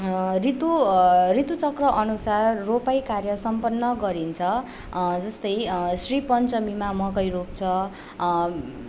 ऋतु ऋतुचक्रअनुसार रोपाईँ कार्य सम्पन्न गरिन्छ जस्तै श्री पञ्चमीमा मकै रोप्छ